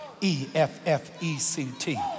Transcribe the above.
E-F-F-E-C-T